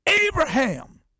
Abraham